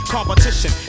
Competition